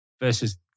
versus